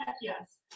Yes